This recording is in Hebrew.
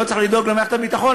לא צריך לדאוג למערכת הביטחון,